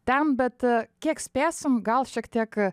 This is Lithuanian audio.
ten bet kiek spėsim gal šiek tiek